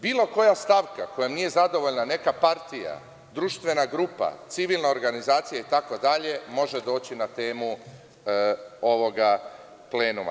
Bilo koja stavka kojom nije zadovoljna neka partija, društvena grupa, civilna organizacija itd, može doći na temu ovoga plenuma.